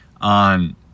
on